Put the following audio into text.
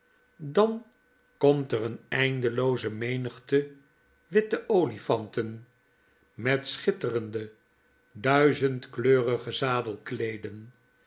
dan komt er een eindelooze menigte witte olifanten met schitterende duizendkleurige